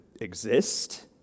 exist